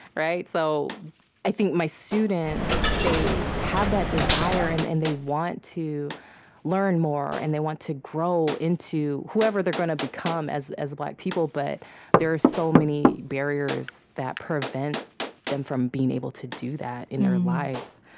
so i think my students, they have that desire, and and they want to learn more, and they want to grow into whoever they're going to become as as black people, but there are so many barriers that prevent them from being able to do that in their lives.